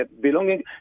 belonging